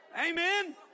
amen